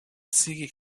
sea